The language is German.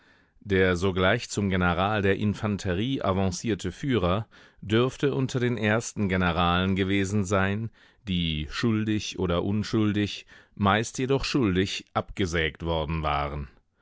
der sogleich zum general der infanterie avancierte führer dürfte unter den ersten generalen gewesen sein die schuldig oder unschuldig meist jedoch schuldig abgesägt worden waren